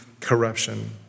corruption